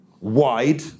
wide